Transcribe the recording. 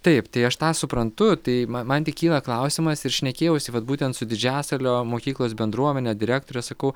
taip tai aš tą suprantu tai ma man tik kyla klausimas ir šnekėjausi vat būtent su didžiasalio mokyklos bendruomene direktore sakau